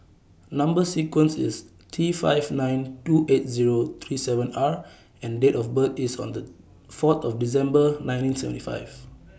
Number sequence IS T five nine two eight Zero three seven R and Date of birth IS Under four December nineteen seventy five